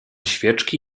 świeczki